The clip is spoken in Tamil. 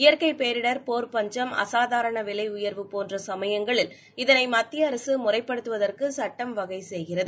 இயற்கை பேரிடர் போர் பஞ்சம் அசாதாரண விலை உயர்வு போன்ற சமயங்களில் இதனை மத்திய அரசு முறைப்படுத்துவற்கு சட்டம் வகை செய்கிறது